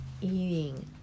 eating